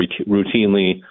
routinely